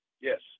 yes